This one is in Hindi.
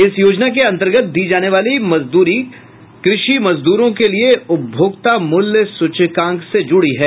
इस योजना के अंतर्गत दी जाने वाली मजदूरी कृषि मजदूरों के लिए उपभोक्ता मूल्य सूचकांक से जुड़ी है